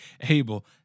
abel